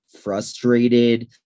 frustrated